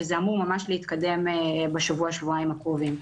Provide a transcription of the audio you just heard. וזה אמור להתקדם בשבוע-שבועיים הקרובים.